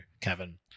Kevin